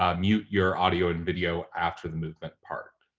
um mute your audio and video after the movement part.